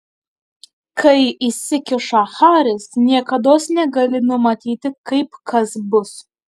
kai įsikiša haris niekados negali numatyti kaip kas bus